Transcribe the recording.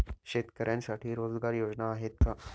शेतकऱ्यांसाठी रोजगार योजना आहेत का?